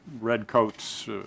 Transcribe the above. redcoats